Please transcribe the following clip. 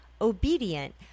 obedient